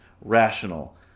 rational